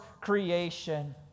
creation